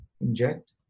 inject